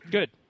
Good